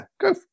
go